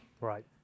Right